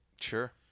Sure